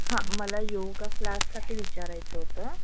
हां मला योगा क्लाससाठी विचारायचं होतं